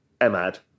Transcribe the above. EMAD